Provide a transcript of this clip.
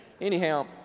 Anyhow